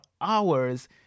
hours